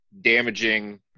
damaging